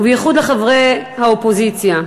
ובייחוד לחברי האופוזיציה.